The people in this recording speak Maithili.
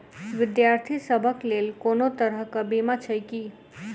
विद्यार्थी सभक लेल कोनो तरह कऽ बीमा छई की?